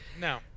No